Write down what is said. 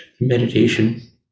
meditation